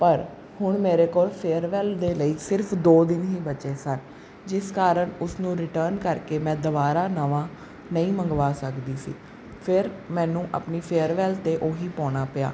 ਪਰ ਹੁਣ ਮੇਰੇ ਕੋਲ ਫੇਅਰਵੈੱਲ ਦੇ ਲਈ ਸਿਰਫ ਦੋ ਦਿਨ ਹੀ ਬਚੇ ਸਨ ਜਿਸ ਕਾਰਨ ਉਸਨੂੰ ਰਿਟਰਨ ਕਰਕੇ ਮੈਂ ਦੁਬਾਰਾ ਨਵਾਂ ਨਹੀਂ ਮੰਗਵਾ ਸਕਦੀ ਸੀ ਫਿਰ ਮੈਨੂੰ ਆਪਣੀ ਫੇਅਰਵੈੱਲ 'ਤੇ ਉਹੀ ਪਾਉਣਾ ਪਿਆ